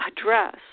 address